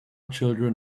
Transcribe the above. children